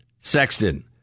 Sexton